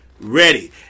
ready